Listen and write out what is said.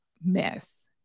mess